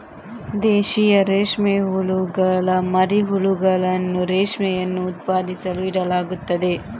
ದೇಶೀಯ ರೇಷ್ಮೆ ಹುಳುಗಳ ಮರಿ ಹುಳುಗಳನ್ನು ರೇಷ್ಮೆಯನ್ನು ಉತ್ಪಾದಿಸಲು ಇಡಲಾಗುತ್ತದೆ